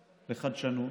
לחדשנות,